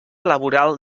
laboral